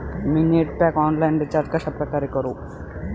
मी net pack online recharge कशाप्रकारे करु?